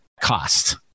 cost